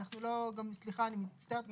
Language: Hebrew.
גם סליחה אני מצטערת,